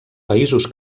països